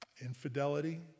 Infidelity